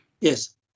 Yes